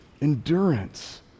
endurance